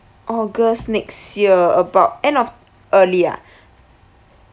august next year about end of early ah